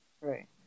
right